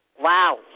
Wow